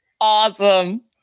Awesome